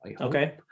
okay